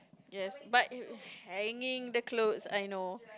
yes but it hanging the clothes I know